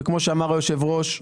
וכמו שאמר היושב ראש,